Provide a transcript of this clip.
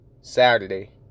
saturday